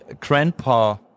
grandpa